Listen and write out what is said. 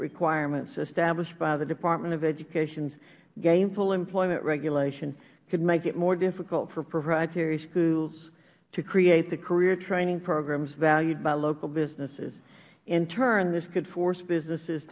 quirements established by the department of education's gainful employment regulation could make it more difficult for proprietary schools to create the career training programs valued by local businesses in turn this could force businesses